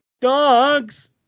Dogs